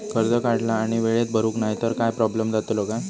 कर्ज काढला आणि वेळेत भरुक नाय तर काय प्रोब्लेम जातलो काय?